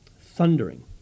thundering